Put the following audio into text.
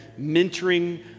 mentoring